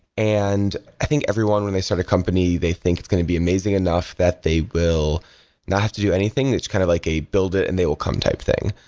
and i think everyone when they start a company they think it's going to be amazing enough that they will not have to do anything, it's kind of like a build it and they will come type thing.